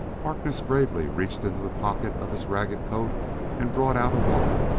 harkness gravely reached into the pocket of his ragged coat and brought out a wallet.